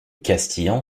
castillan